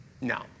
No